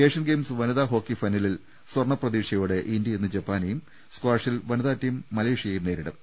Asian Games വനിതാ് hockey ഫൈനലിൽ സ്വർണ പ്രതീക്ഷകളോടെ ഇന്ത്യ ഇന്ന് ജപ്പാനെയും സ്ക്വാഷിൽ വനിതാടീം മലേ ഷ്യയേയും നേരിടും